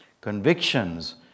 Convictions